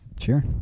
Sure